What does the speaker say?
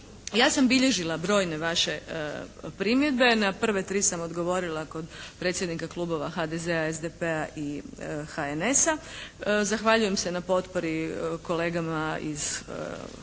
Ja sam bilježila brojne vaše primjedbe. Na prve tri sam odgovorila kod predsjednika klubova HDZ-a, SDP-a i HNS-a. Zahvaljujem se na potpori kolegama iz HSS-a.